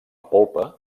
polpa